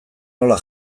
nola